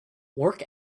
work